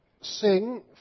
sing